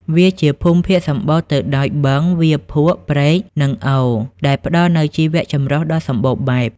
វាជាភូមិភាគសំបូរទៅដោយបឹង វាលភក់ ព្រែក និងអូរ ដែលផ្ដល់នូវជីវចម្រុះដ៏សម្បូរបែប។